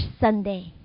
Sunday